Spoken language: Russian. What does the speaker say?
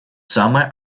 самое